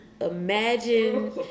imagine